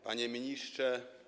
Panie Ministrze!